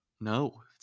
no